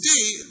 today